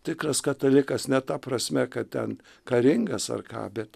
tikras katalikas ne ta prasme kad ten karingas ar ką bet